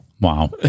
Wow